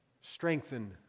strengthen